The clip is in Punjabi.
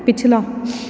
ਪਿਛਲਾ